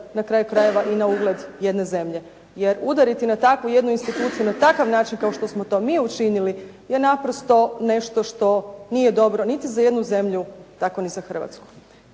na kraju krajeva i na ugled jedne zemlje. Jer udariti na takvu jednu instituciju na takav način kao što smo to mi učinili je naprosto nešto što nije dobro niti za jednu zemlju, tako ni za Hrvatsku.